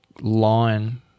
line